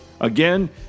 Again